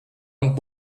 und